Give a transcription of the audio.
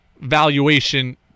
valuation